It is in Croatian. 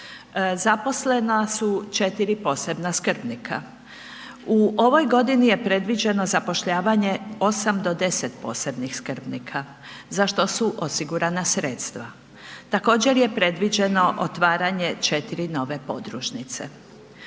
Zaposlena su 4 posebna skrbnika. U ovoj godini je predviđeno zapošljavanje 8-10 posebnih skrbnika za što su osigurana sredstva. Također je predviđeno otvaranje 4 nove podružnice.